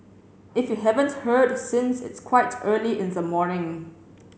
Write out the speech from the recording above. if you haven't heard since it's quite early in the morning